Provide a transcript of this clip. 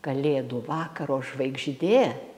kalėdų vakaro žvaigždė